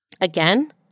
Again